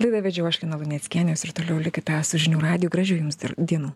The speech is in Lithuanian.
laidą vedžiau aš lina luneckienė jūs ir toliau likite su žinių radiju gražių jums ir dienų